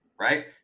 Right